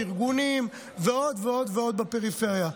ארגונים ועוד ועוד ועוד בפריפריה.